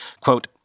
quote